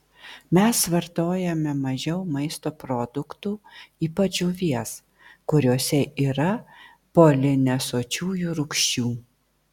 mes vartojame mažiau maisto produktų ypač žuvies kuriuose yra polinesočiųjų rūgščių